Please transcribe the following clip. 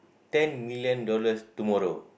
ten million dollars tomorrow